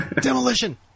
Demolition